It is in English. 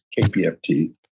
KPFT